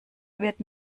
wird